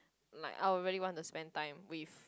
like I will really want to spend time with